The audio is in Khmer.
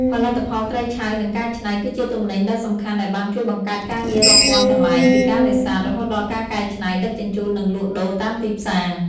ផលិតផលត្រីឆៅ និងកែច្នៃ គឺជាទំនិញដ៏សំខាន់ដែលបានជួយបង្កើតការងាររាប់ពាន់កន្លែង ពីការនេសាទ រហូតដល់ការកែច្នៃ ដឹកជញ្ជូន និងលក់ដូរតាមទីផ្សារ។